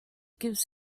gives